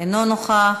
אינו נוכח,